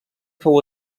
fou